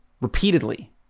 repeatedly